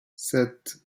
sept